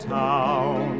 town